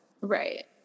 Right